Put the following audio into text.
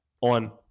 on